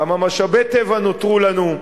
כמה משאבי טבע נותרו לנו,